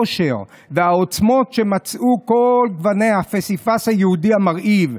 העושר והעוצמות שמצאו כל גווני הפסיפס היהודי המרהיב,